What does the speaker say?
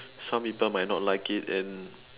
some people might not like it and